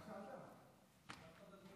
מה שאלת?